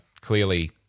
clearly